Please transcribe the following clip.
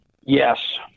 Yes